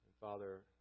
Father